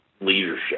leadership